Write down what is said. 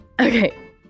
Okay